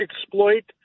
exploit